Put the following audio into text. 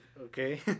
okay